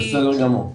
בסדר גמור.